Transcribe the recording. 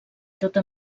tota